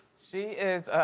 she is